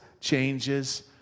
changes